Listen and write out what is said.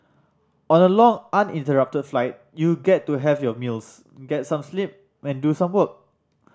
on a long uninterrupted flight you get to have your meals get some sleep and do some work